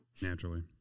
Naturally